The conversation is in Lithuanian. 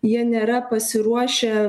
jie nėra pasiruošę